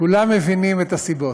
כולם מבינים את הסיבות.